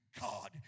God